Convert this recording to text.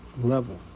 level